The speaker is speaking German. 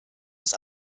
muss